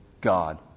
God